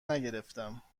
نگرفتم